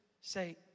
say